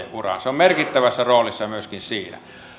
se on merkittävässä roolissa myöskin siinä